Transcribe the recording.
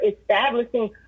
establishing